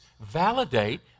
validate